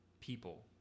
people